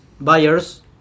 buyers